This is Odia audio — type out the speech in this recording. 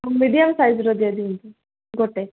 ମିଡ଼ିୟମ୍ ସାଇଜ୍ ର ଦିଅ ଗୋଟେ